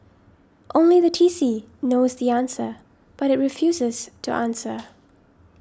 only the T C knows the answer but it refuses to answer